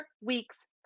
weeks